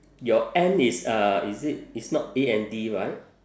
your and is uh is it it's not A N D right